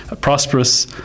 prosperous